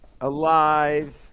alive